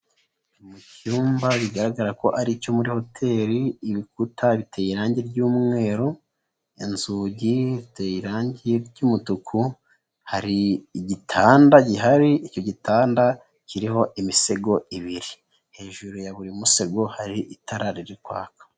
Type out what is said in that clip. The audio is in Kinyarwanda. Mu cyumba bigaragara ko ari cyo muri hoteri, ibikuta biteye irangi ry'umweru, inzugi ziteye irangi ry'umutuku, hari igitanda gihari, icyo gitanda kiriho imisego ibiri. Hejuru ya buri musego hari itara riri kwaka.